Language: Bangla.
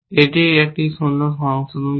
এটিই এর জন্য সংশোধন করে